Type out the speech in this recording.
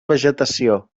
vegetació